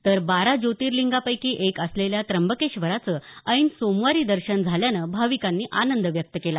तर बारा ज्योतिर्लिंगापैकी एक असलेल्या त्यंबकेश्वराचं ऐन सोमवारी दर्शन झाल्यानं भाविकांनी आनंद व्यक्त केला